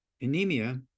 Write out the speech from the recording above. Anemia